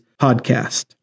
podcast